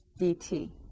dt